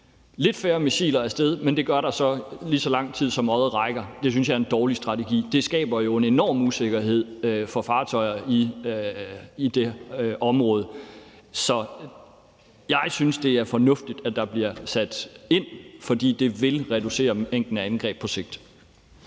lidt flere missiler af sted, og at det gør der så, lige så langt som øjet rækker, synes jeg, det er en dårlig strategi. Det skaber jo en enorm usikkerhed for fartøjerne i det område. Så jeg synes, det er fornuftigt, at der bliver sat ind, for det vil reducere mængden af angreb på sigt.